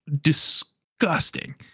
disgusting